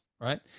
Right